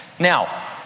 Now